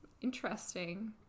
interesting